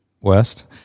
west